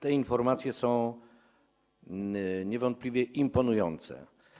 Te informacje są niewątpliwie imponujące.